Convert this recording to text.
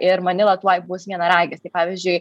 ir manila tuoj bus vienaragis tai pavyzdžiui